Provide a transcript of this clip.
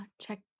Check